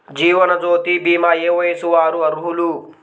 జీవనజ్యోతి భీమా ఏ వయస్సు వారు అర్హులు?